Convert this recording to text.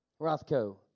Rothko